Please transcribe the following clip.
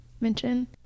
mention